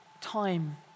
time